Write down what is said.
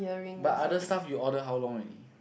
but other stuff you order how long already